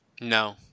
No